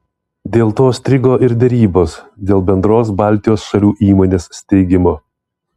dėl to strigo ir derybos dėl bendros baltijos šalių įmonės steigimo